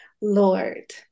Lord